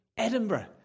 Edinburgh